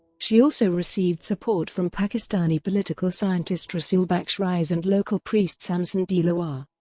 she also received support from pakistani political scientist rasul baksh rais and local priest samson dilawar.